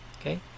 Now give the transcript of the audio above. Okay